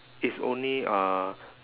it's only uh